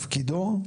בתפקידו,